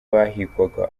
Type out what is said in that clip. bahigwaga